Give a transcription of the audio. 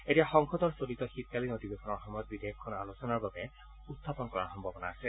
এতিয়া সংসদৰ চলিত শীতকালীন অধিৱেশনৰ সময়ত বিধেয়কখন আলোচনাৰ বাবে উখাপন কৰাৰ সম্ভাৱনা আছে